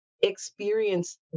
experience